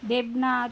Debnath